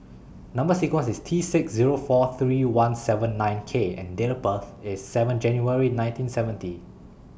Number sequence IS T six Zero four three one seven nine K and Date of birth IS seven January nineteen seventy